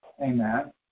Amen